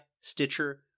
Stitcher